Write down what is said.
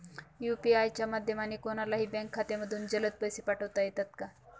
UPI च्या माध्यमाने कोणलाही बँक खात्यामधून जलद पैसे पाठवता येतात का?